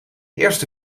eerste